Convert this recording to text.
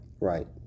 Right